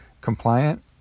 compliant